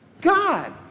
God